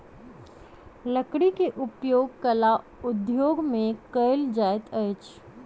लकड़ी के उपयोग कला उद्योग में कयल जाइत अछि